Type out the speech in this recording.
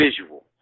visual